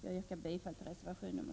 Jag yrkar bifall till reservation 2.